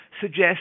suggest